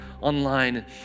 online